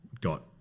got